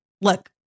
look